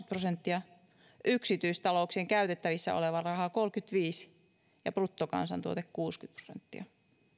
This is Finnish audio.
prosenttia yksityistalouksien käytettävissä oleva raha kolmekymmentäviisi prosenttia ja bruttokansantuote kuusikymmentä prosenttia